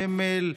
גמל,